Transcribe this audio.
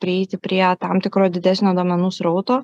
prieiti prie tam tikro didesnio duomenų srauto